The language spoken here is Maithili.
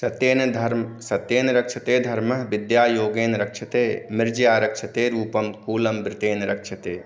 सत्येन धर्म सत्येन रक्ष्यते धर्मो विद्या योगेन रक्ष्यते मृजया रक्ष्यते रूपं कुलं वृत्तेन रक्ष्यते